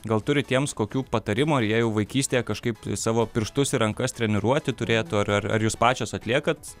gal turit jiems kokių patarimų ar jie jau vaikystėje kažkaip savo pirštus ir rankas treniruoti turėtų ar ar ar jūs pačios atliekat